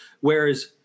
whereas